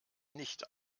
nicht